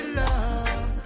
love